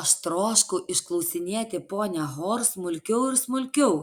aš troškau išklausinėti ponią hor smulkiau ir smulkiau